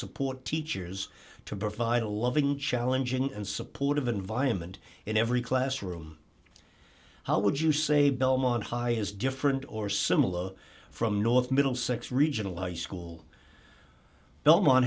support teachers to provide a loving challenging and supportive environment in every classroom how would you say belmont high is different or similar from north middlesex regional high school belmont